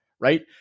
right